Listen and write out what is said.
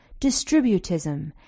distributism